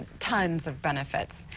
tons of benefits.